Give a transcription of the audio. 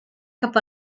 cap